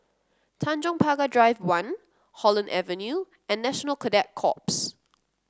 Tanjong Pagar Drive One Holland Avenue and National Cadet Corps